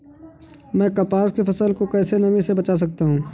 मैं कपास की फसल को कैसे नमी से बचा सकता हूँ?